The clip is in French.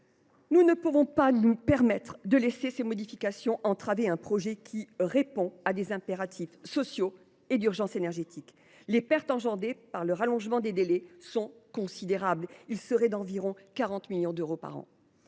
nous ne pouvons pas nous permettre de laisser ces modifications entraver un projet qui répond à des impératifs sociaux et d’urgence énergétique. Les pertes engendrées par les allongements de délai sont considérables – ils seraient d’environ 40 millions d’euros par an.